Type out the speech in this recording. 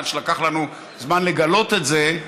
לקח לנו זמן לגלות את זה,